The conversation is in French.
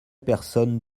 personne